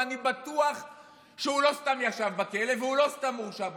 ואני בטוח שהוא לא סתם ישב בכלא והוא לא סתם הורשע בדין,